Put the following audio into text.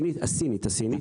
הסינית.